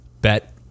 Bet